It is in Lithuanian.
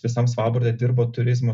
visam svalbarde dirba turizmo